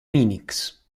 minix